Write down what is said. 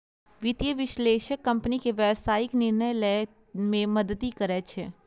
वित्तीय विश्लेषक कंपनी के व्यावसायिक निर्णय लए मे मदति करै छै